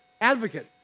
Advocate